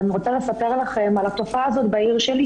ואני רוצה לספר לכם על התופעה הזו בעיר שלי,